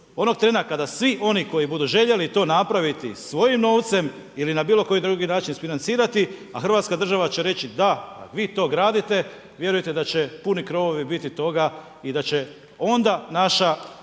Onog trena kada svi oni koji budu željeli to napraviti svojim novcem ili na bilokoji drugi način isfinancirati a hrvatska država će reći da, vi to gradite, vjerujte da će puni krovovi biti toga i da će onda naša